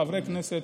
חברי כנסת,